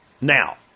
Now